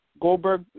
Goldberg